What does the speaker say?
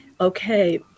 okay